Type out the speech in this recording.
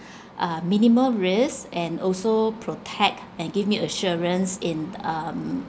uh minimal risk and also protect and give me assurance in um